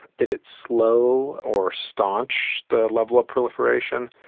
did it slow or staunch the level of proliferation?